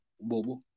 Bobo